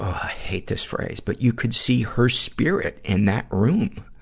hate this phrase, but you could see her spirit in that room.